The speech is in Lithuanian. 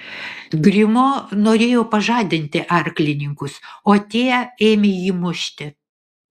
grimo norėjo pažadinti arklininkus o tie ėmė jį mušti